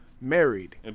married